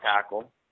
tackle